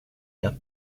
d’un